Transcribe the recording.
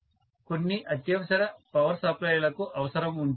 కొన్ని అత్యవసర పవర్ సప్లైలకు అవసరం ఉంటుంది